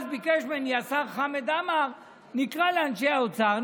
אז ביקש ממני השר חמד עמאר: נקרא לאנשי האוצר,